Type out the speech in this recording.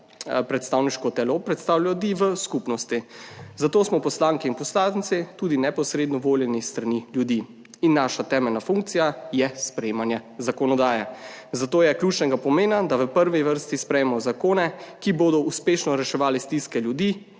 predstavniško telo predstavlja ljudi v skupnosti, zato smo poslanke in poslanci tudi neposredno voljeni s strani ljudi in naša temeljna funkcija je sprejemanje zakonodaje, zato je ključnega pomena, da v prvi vrsti sprejmemo zakone, ki bodo uspešno reševali stiske ljudi